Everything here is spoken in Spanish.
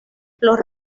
los